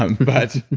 but